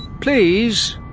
please